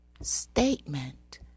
statement